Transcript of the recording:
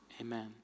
Amen